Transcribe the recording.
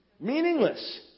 Meaningless